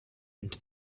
into